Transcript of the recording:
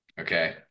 okay